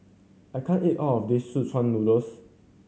I can't eat all of this szechuan noodles